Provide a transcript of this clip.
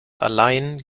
allein